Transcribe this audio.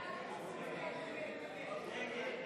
38 בעד, 50 נגד.